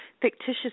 fictitious